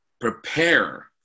Prepare